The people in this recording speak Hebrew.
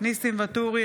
ניסים ואטורי,